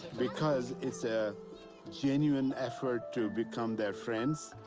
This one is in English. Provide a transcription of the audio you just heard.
because it's a genuine effort to become their friends,